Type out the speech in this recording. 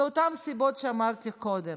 מאותן סיבות שאמרתי קודם.